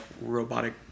robotic